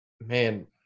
man